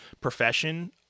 profession